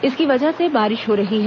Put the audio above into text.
इसकी वजह से बारिश हो रही है